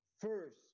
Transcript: first